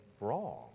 wrong